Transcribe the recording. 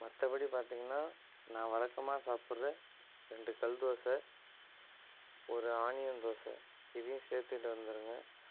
மற்றபடி பார்த்திங்கனா நான் வழக்கமாக சாப்பிட்ற ரெண்டு கல் தோசை ஒரு ஆனியன் தோசை இதையும் சேர்த்துட்டு வந்துடுங்க